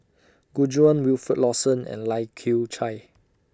Gu Juan Wilfed Lawson and Lai Kew Chai